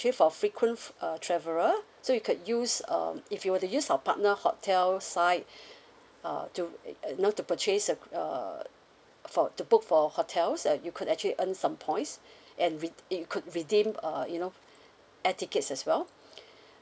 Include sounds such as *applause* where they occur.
actually for frequent uh traveller so you could use um if you were to use our partner hotel site *breath* uh to it you know to purchase a uh for to book for hotels uh you could actually earn some points *breath* and re~ it could redeem uh you know air tickets as well *breath*